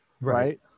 Right